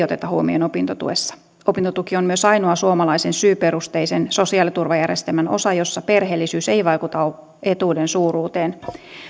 oteta huomioon opintotuessa opintotuki on myös ainoa suomalaisen syyperusteisen sosiaaliturvajärjestelmän osa jossa perheellisyys ei vaikuta etuuden suuruuteen